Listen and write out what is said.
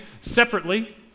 separately